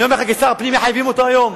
אני אומר לך כשר הפנים, מחייבים אותו היום.